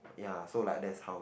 ya so like that's how it